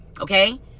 Okay